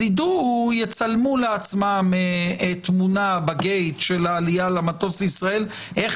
אז יצלמו לעצמם תמונה ב-gate של העלייה למטוס לישראל איך